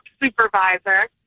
supervisor